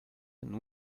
and